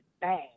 bad